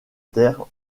terre